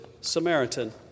Samaritan